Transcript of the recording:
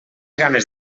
ganes